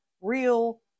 real